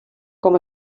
com